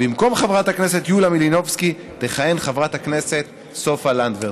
במקום חברת הכנסת יוליה מלינובסקי תכהן חברת הכנסת סופה לנדבר.